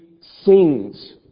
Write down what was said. sings